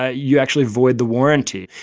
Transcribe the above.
ah you actually void the warranty.